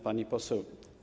Pani Poseł!